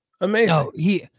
Amazing